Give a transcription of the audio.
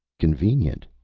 convenient,